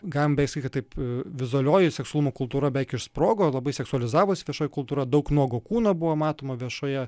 galima beveik sakyt kad taip vizualioji seksualumo kultūra beveik išsprogo labai seksualizavosi viešoji kultūra daug nuogo kūno buvo matoma viešoje